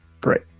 Great